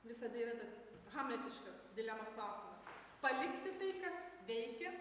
visada yra tas hamletiškas dilemos klausimas palikti tai kas veikia